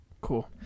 cool